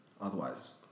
Otherwise